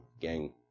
gang